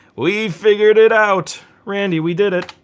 we figured it out. randy we did it.